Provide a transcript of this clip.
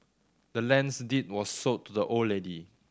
the land's deed was sold to the old lady